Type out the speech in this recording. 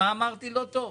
מה אמרתי לא טוב?